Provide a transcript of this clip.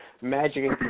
magic